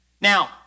Now